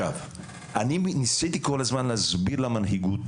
אני ניסיתי כל הזמן להסביר למנהיגות